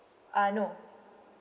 uh no